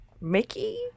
Mickey